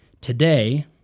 Today